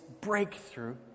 breakthrough